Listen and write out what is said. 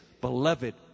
Beloved